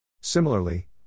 Similarly